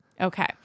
Okay